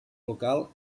local